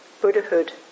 Buddhahood